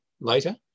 later